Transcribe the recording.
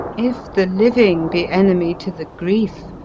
if the living be enemy to the grief,